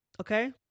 Okay